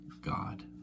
God